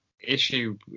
issue